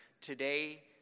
today